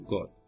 God